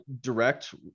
direct